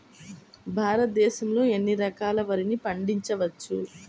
భారతదేశంలో ఎన్ని రకాల వరిని పండించవచ్చు